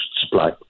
supply